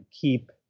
keep